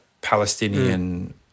Palestinian